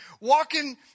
walking